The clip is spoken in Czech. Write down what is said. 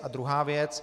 A druhá věc.